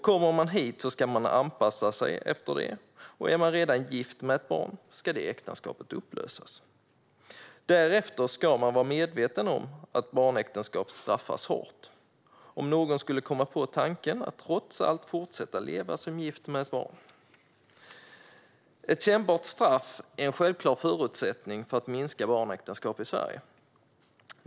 Kommer man hit ska man anpassa sig efter det, och är man redan gift med ett barn ska äktenskapet upplösas. Därefter ska man vara medveten om att barnäktenskap straffas hårt, om nu någon skulle komma på tanken att trots allt fortsätta leva som gift med ett barn. Ett kännbart straff är en självklar förutsättning för att minska antalet barnäktenskap i Sverige.